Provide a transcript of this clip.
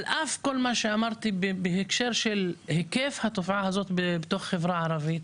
אל אף כל מה שאמרתי בהקשר של היקף התופעה הזאת בתוך החברה הערבית,